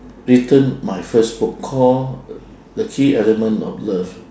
written my first book called the key element of love